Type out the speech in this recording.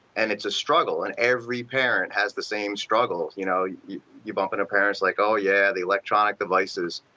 and it's a struggle and every parent has the same struggle. you know you bumped into parents like oh yeah the electronic devices.